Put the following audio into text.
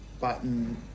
button